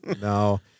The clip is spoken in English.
no